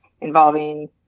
involving